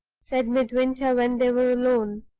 said midwinter, when they were alone.